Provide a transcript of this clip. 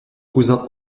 cousin